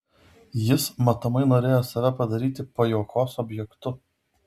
jis matomai norėjo save padaryti pajuokos objektu